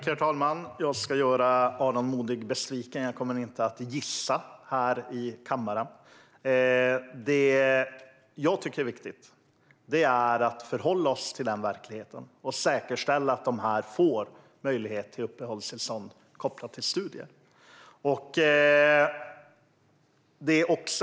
Herr talman! Jag ska göra Aron Modig besviken. Jag kommer inte att gissa här i kammaren. Det jag tycker är viktigt är att vi förhåller oss till verkligheten och säkerställer att de här personerna får möjlighet till uppehållstillstånd kopplat till studier.